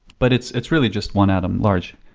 but it's it's really just one atom large.